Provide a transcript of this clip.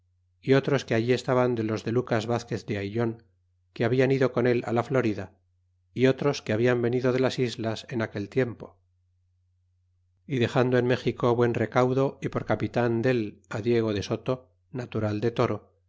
y otros que allí estaban de los de lucas vazquez de ayllon que hablan ido con él a la florida y otros que hablan venido de las islas en aquel tiempo y dexando en méxico buen recaudo y por capitan del diego de soto natural de toro